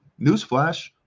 Newsflash